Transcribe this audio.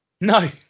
No